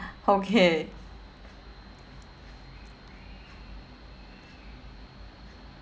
okay